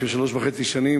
לפני שלוש וחצי שנים,